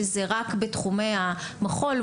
שזה רק בתחומי המחול,